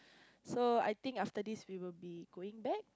so I think after this we will be going back